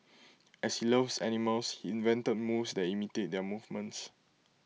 as he loves animals he invented moves that imitate their movements